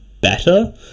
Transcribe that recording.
better